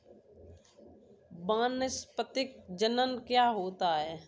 वानस्पतिक जनन क्या होता है?